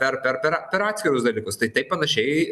per per per per atskirus dalykus tai taip panašiai